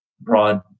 broad